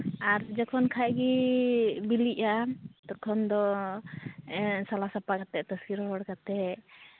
ᱟᱨ ᱡᱚᱠᱷᱚᱱ ᱠᱷᱟᱱ ᱜᱮ ᱵᱤᱞᱤᱜᱼᱟ ᱛᱚᱠᱷᱚᱱ ᱫᱚ ᱥᱟᱞᱟ ᱥᱟᱯᱷᱟ ᱠᱟᱛᱮᱫ ᱛᱟᱥᱮ ᱨᱚᱦᱚᱲ ᱠᱟᱛᱮᱫ